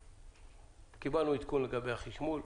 קיבלנו עדכון לגבי החישמול.